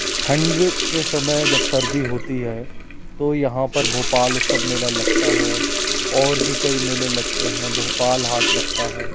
ठंड के समय जब सर्दी होती है तो यहाँ पर भोपाल उत्सव मेला लगता है और भी कई मेलें लगते हैं भोपाल हाट लगता है